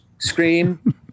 Scream